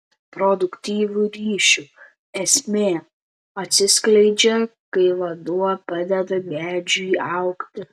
produktyvių ryšių esmė atsiskleidžia kai vanduo padeda medžiui augti